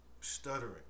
stuttering